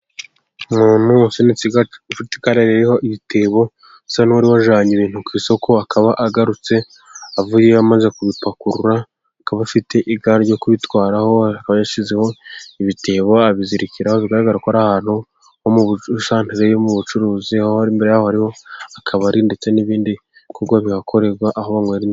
Umuntu ufite igare ririho ibitebo, usa n'uwari wajyanye ibintu ku isoko akaba agarutse, avuyeyo amaze kubipakurura akaba afite igare ryo kubitwaraho, aba yashyizeho ibitebo abizirikiraho, bigaragara ko ari ahantu h'isantere yo mu bucuruzi, aho imbere yaho hariho akabari ndetse n'ibindi bikorwa bihakorerwa aho akorera.